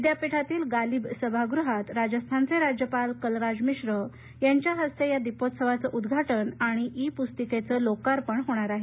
विद्यापीठातील गालिब सभागृहात राजस्थानचे राज्यपाल कलराज मिश्र यांच्या हस्ते या दीपोत्सवाचं उद्वाटन आणि ई पुस्तिकेचं लोकार्पण होणार आहे